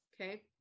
okay